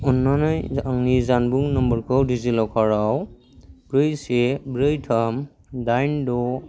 अननानै आंनि जानबुं नम्बरखौ डिजि लकारआव ब्रै से ब्रै थाम दाइन द'